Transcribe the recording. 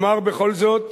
אומר בכל זאת